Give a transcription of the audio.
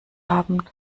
haben